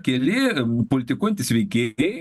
keli politikuojantys veikėjai